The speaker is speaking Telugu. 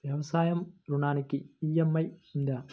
వ్యవసాయ ఋణానికి ఈ.ఎం.ఐ ఉందా?